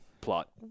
plot